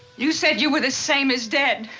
you said you were the same as dead.